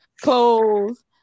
clothes